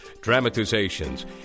dramatizations